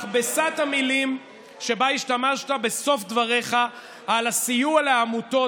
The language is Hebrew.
מכבסת המילים שבה השתמשת בסוף דבריך על הסיוע לעמותות.